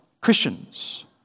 Christians